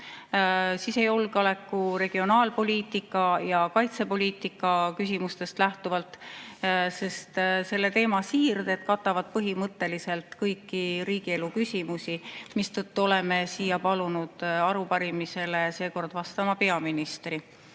sisejulgeoleku, regionaalpoliitika ja kaitsepoliitika küsimustest lähtuvalt, sest selle teema siirded katavad põhimõtteliselt kõiki riigielu küsimusi. Seetõttu oleme palunud arupärimisele seekord vastama peaministri.